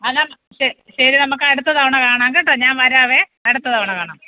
ശെ ശരി നമുക്ക് അടുത്ത തവണ കാണാം കേട്ടോ ഞാൻ വരാവേ അടുത്ത തവണ കാണാം